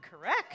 Correct